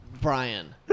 Brian